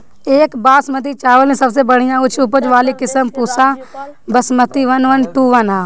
एक बासमती चावल में सबसे बढ़िया उच्च उपज वाली किस्म Pusa Basmati one one two one ह?